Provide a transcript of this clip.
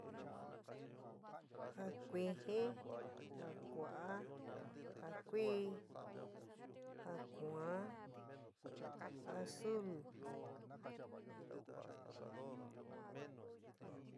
Ja kuijɨn. ja kua'á, ja kuí, ja kuaán. azul.